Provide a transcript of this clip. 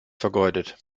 vergeudet